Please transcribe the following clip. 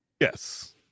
Yes